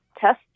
test